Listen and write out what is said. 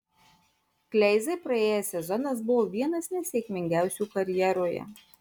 kleizai praėjęs sezonas buvo vienas nesėkmingiausių karjeroje